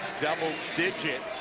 double digits,